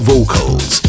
Vocals